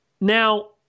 Now